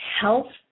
health